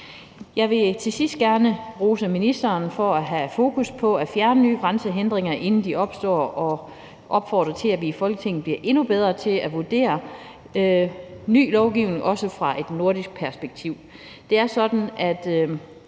Jeg vil til sidst gerne rose ministeren for at have fokus på at fjerne nye grænsehindringer, inden de opstår, og opfordre til, at vi i Folketinget bliver endnu bedre til at vurdere ny lovgivning ud fra også et nordisk perspektiv.